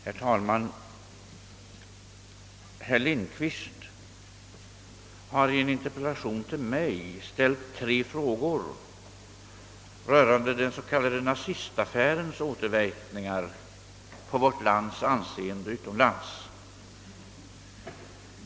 Herr talman! Herr Lindkvist har i en interpellation till mig ställt tre frågor rörande den s.k. nazistaffärens återverkningar på vårt lands anseende utomlands.